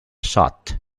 shot